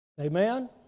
Amen